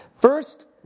First